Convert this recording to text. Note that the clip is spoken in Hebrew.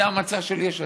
זה המצע של יש עתיד,